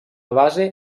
base